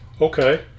Okay